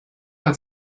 hat